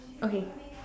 okay